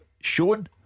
shown